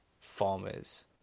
Farmers